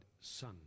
son